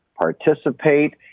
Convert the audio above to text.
participate